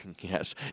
yes